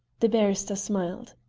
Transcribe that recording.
the barrister smiled.